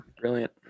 Brilliant